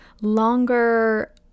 longer